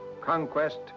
Conquest